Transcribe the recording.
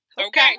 okay